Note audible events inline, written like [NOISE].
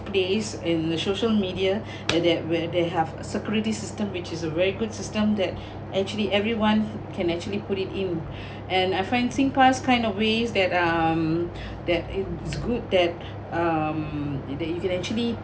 place in the social media [BREATH] and that where they have security system which is a very good system [BREATH] that actually everyone can actually put it in [BREATH] and [BREATH] I find Singpass kind of ways that um [BREATH] that it's good that [BREATH] um that you can actually